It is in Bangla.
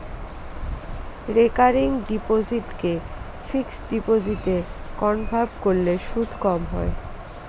রেকারিং ডিপোসিটকে ফিক্সড ডিপোজিটে কনভার্ট করলে সুদ কম হয়